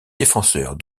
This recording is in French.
défenseurs